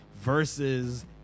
versus